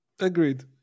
Agreed